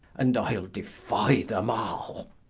and i'de defie them all.